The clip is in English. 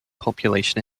population